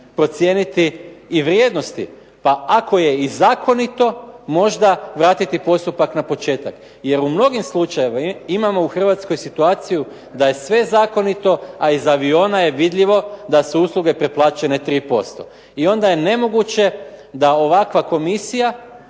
procijeniti i vrijednosti, pa ako je i zakonito možda vratiti postupak na početak jer u mnogim slučajevima imamo u Hrvatskoj situaciju da je sve zakonito a iz aviona je vidljivo da su usluge preplaćene 3% I onda je nemoguće da ovakva komisija